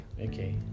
Okay